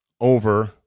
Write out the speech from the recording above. over